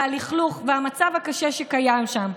הלכלוך והמצב הקשה שקיים שם.